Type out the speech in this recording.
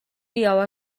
явна